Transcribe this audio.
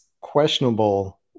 questionable